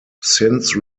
since